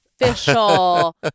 official